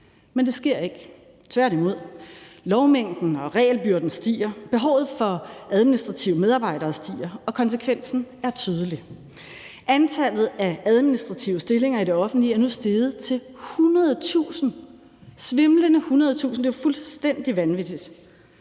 Men det sker ikke. Tværtimod. Lovmængden og regelbyrden stiger, og behovet for administrative medarbejdere stiger, og konsekvensen er tydelig. Antallet af administrative stillinger i det offentlige er nu steget til 100.000 – svimlende 100.000. Det er fuldstændig vanvittigt!